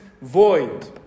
void